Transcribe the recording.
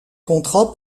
contrat